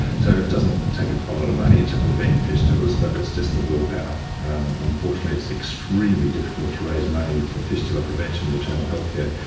so it doesn't take a ah lot of money to prevent fistulas, but it's just the willpower. unfortunately it's extremely difficult to raise money for fistula prevention in maternal health care.